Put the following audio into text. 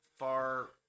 far